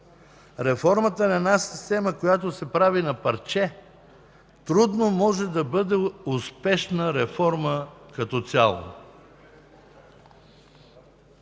Реформата на една система, която се прави на парче, трудно може да бъде успешна реформа като цяло.